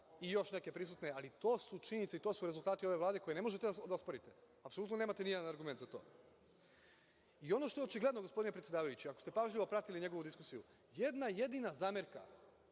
i još neke prisutne, ali to su činjenice i to su rezultati ove Vlade koje ne možete da osporite. Apsolutno nemate nijedan argument za to.I ono što je očigledno, gospodine predsedavajući, ako ste pažljivo pratili njegovu diskusiju, jedna jedina zamerka